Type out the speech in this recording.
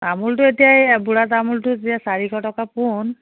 তামোলটো যে বুঢ়া তামোলটো এতিয়া চাৰিশ টকা পোণ